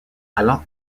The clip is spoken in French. alan